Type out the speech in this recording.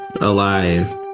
alive